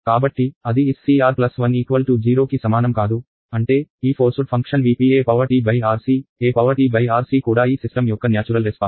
కాబట్టి అది SCR 1 0 కి సమానం కాదు అంటే ఈ forced function Vp et RC et RC కూడా ఈ సిస్టమ్ యొక్క న్యాచురల్ రెస్పాన్స్